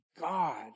God